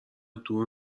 دور